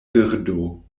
birdo